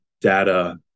data